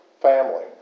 family